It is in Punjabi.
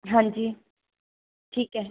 ਹਾਂਜੀ ਠੀਕ ਹੈ